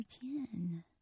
ten